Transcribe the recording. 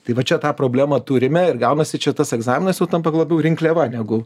tai va čia tą problemą turime ir gaunasi čia tas egzaminas tampa labiau rinkliava negu